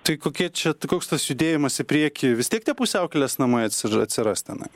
tai kokie čia tai koks tas judėjimas į priekį vis tiek tie pusiaukelės namai atsi atsiras tenai